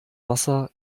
wasser